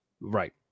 Right